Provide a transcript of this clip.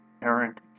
parent